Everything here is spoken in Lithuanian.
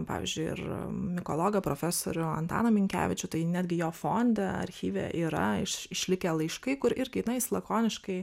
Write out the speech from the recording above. pavyzdžiui ir mikologą profesorių antaną minkevičių tai netgi jo fonde archyve yra iš išlikę laiškai kur irgi na jis lakoniškai